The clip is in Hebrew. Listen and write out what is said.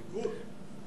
ליכוד.